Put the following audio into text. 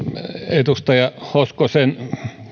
edustaja hoskosen